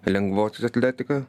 lengvosios atletika